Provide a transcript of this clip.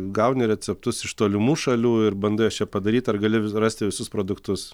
gauni receptus iš tolimų šalių ir bandai juos čią padaryt ar gali vi rasti visus produktus